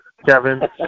Kevin